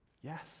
Yes